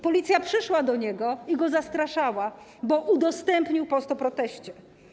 Policja przyszła do niego i go zastraszała, bo udostępnił post o proteście.